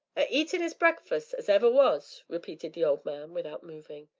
a-eatin' is breakfus as ever was! repeated the old man, without moving.